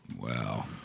Wow